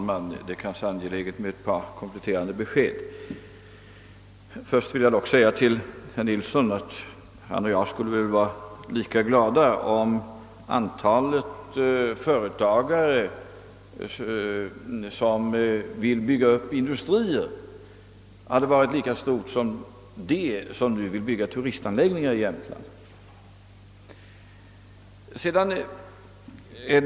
Herr talman! Jag är angelägen om att lämna ett par kompletterande besked. Herr Nilsson i Östersund och jag skulle väl vara lika glada, om de företagare som vill bygga upp industrier i Jämtland hade varit lika talrika som de vilka vill bygga turistanläggningar där.